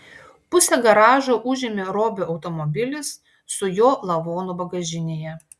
pusę garažo užėmė robio automobilis su jo lavonu bagažinėje